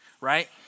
right